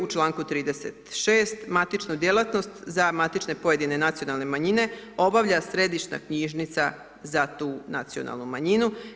U čl. 36. matična djelatnost za matične pojedine nacionalne manjine obavlja središnja knjižnica za tu nacionalnu manjinu.